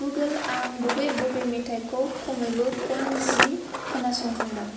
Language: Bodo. गुगोल आं बबे बबे मेथाइखौ खमैबो खन जि खोनासंखांबाय